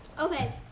Okay